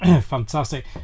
Fantastic